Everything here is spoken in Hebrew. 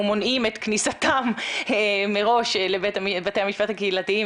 מונעים את כניסתם מראש לבתי המשפט הקהילתיים.